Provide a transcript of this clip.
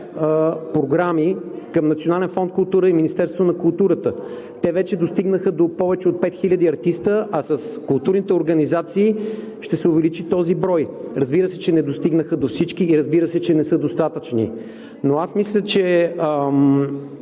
на културата. Те вече достигнаха до повече от пет хиляди артисти, а с културните организации ще се увеличи този брой. Разбира се, че не достигнаха до всички, разбира се, че нe са достатъчни. Мисля, че